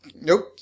Nope